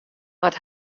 wat